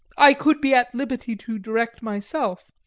i could be at liberty to direct myself.